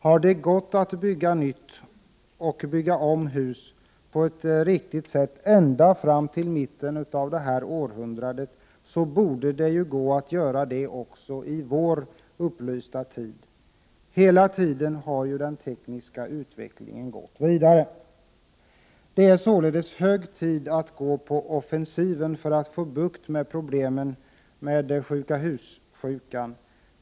Har det gått att bygga nytt och bygga om hus på ett riktigt sätt ända fram till mitten av detta århundrade, borde det gå att göra det också i vår upplysta tid. Hela tiden har ju den tekniska utvecklingen gått vidare. Det är således hög tid att gå på offensiven för att få bukt med problemen med sjuka hus-sjukan.